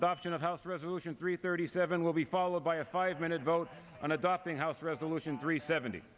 adoption of house resolution three thirty seven will be followed by a five minute vote on adopting house resolution three seventy